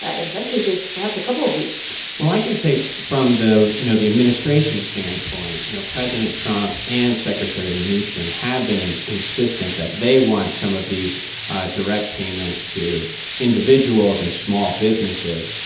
ah in some cases, perhaps a couple of weeks well, i can say from the you know, the administration standpoint, you know, president trump and secretary mnuchin have been and insistent that they want some of these direct payments to individuals and small businesses.